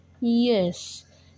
Yes